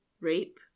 rape